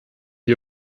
die